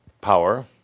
Power